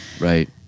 Right